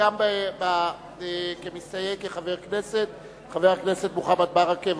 וגם כמסתייג כחבר כנסת, חבר הכנסת מוחמד ברכה.